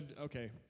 okay